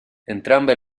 entrambe